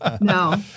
no